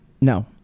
No